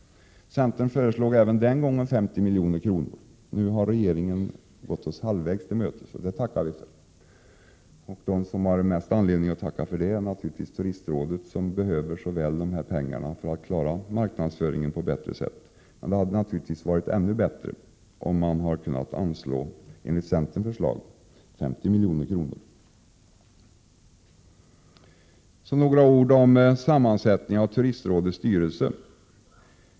Centern föreslog även då 50 milj.kr. Nu har regeringen gått oss halvvägs till mötes, och det tackar vi för. Mest anledning att tacka har Turistrådet, som så väl behöver dessa pengar för att klara marknadsföringen på ett bättre sätt. Men det hade naturligtvis varit ännu bättre om man gett ett anslag enligt vårt förslag, 50 milj.kr. Så några ord om sammansättningen av Turistrådets styrelse.